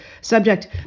subject